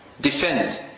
defend